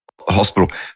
hospital